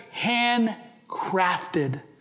handcrafted